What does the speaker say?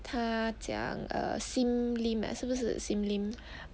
他讲 err sim lim ah 是不是 sim lim